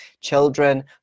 children